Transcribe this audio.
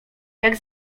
jak